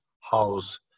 house